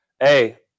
Hey